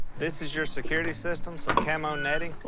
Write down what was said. this is your security system, some camo netting?